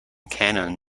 cannon